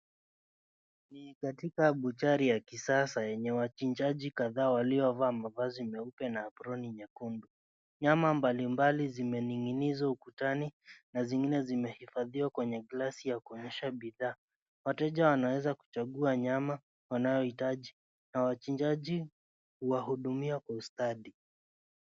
Ni katiks buchari ya kisasa yenye wachinjaji kadhaa waliovaa mavazi meupe na aproni nyekundu. Nyama mbalimbali zimening'izwa ukutani na zingine zimehifadhiwa kwenye glasi ya kuonyesha bidhaa. Wateja wanaweza kuchagua nyama wanayohitaji na wachinjaji huwahudumia kwa ustadi.